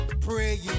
Praying